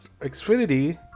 xfinity